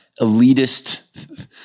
elitist